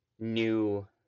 new